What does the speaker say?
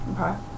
Okay